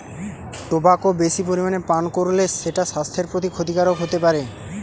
tobacco বেশি পরিমাণে পান কোরলে সেটা সাস্থের প্রতি ক্ষতিকারক হোতে পারে